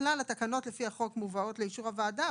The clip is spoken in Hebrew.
שככלל התקנות לפי החוק מובאות לאישור הוועדה,